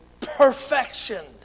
perfection